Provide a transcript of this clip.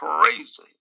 crazy